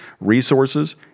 resources